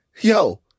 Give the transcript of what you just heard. Yo